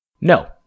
No